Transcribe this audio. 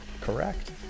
Correct